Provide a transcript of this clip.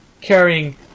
carrying